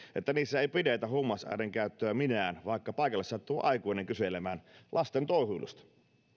että niissä ei pidetä huumausaineiden käyttöä minään vaikka paikalle sattuu aikuinen kyselemään lasten touhuilusta